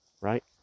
right